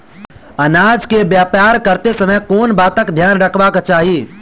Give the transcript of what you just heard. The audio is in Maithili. अनाज केँ व्यापार करैत समय केँ बातक ध्यान रखबाक चाहि?